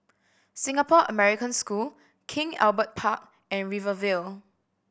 Singapore American School King Albert Park and Rivervale